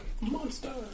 monster